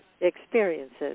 experiences